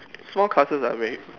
small classes are great